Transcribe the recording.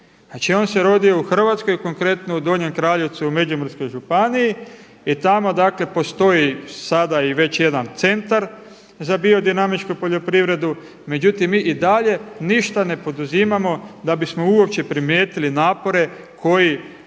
Znači on se rodio u Hrvatskoj, konkretno u Donjem Kraljevcu u Međimurskoj županiji i tamo postoji sada i već jedan Centar za biodinamičku poljoprivredu međutim mi i dalje ništa ne poduzimamo da bismo uopće primijetili napore koje